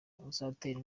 uzatera